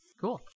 Cool